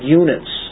units